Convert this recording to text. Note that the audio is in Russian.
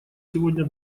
сегодня